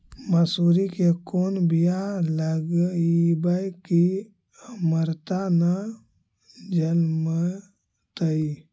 मसुरी के कोन बियाह लगइबै की अमरता न जलमतइ?